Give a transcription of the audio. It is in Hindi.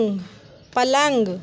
पलंग